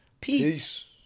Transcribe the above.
Peace